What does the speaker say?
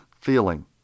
feeling